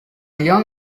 young